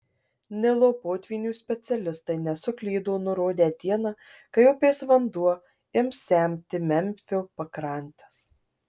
nilo potvynių specialistai nesuklydo nurodę dieną kai upės vanduo ims semti memfio pakrantes